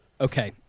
Okay